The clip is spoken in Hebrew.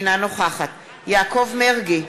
אינה נוכחת יעקב מרגי,